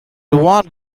one